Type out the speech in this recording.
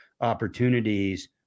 opportunities